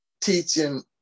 teaching